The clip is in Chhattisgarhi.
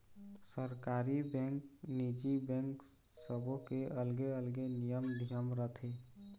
सरकारी बेंक, निजी बेंक सबो के अलगे अलगे नियम धियम रथे